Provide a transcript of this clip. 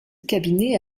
cabinet